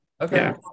Okay